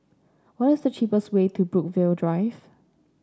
what is the cheapest way to Brookvale Drive